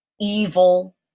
evil